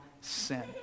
sin